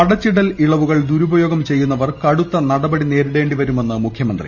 അടച്ചിടൽ ഇളവുകൾ ദൂരൂപയോഗം ചെയ്യുന്നവർ കടൂത്ത നടപടി നേരിടേണ്ടി വരുമെന്ന് മുഖ്യമന്ത്രി